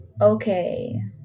okay